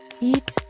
Eat